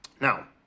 Now